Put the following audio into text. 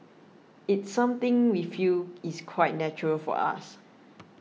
it's something we feel is quite natural for us